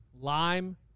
lime